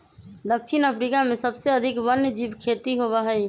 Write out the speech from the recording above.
दक्षिण अफ्रीका में सबसे अधिक वन्यजीव खेती होबा हई